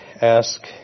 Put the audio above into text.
ask